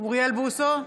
אוריאל בוסו,